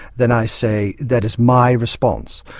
then i say that is my response.